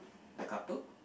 the couple